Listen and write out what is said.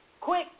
quick